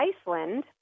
Iceland